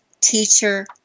teacher